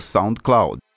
SoundCloud